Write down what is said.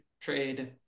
trade